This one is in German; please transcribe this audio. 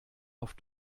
auf